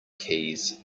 keys